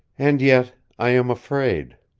and yet i am afraid.